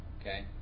Okay